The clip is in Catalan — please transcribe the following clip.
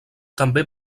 també